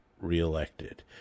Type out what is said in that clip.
reelected